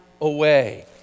away